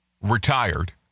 retired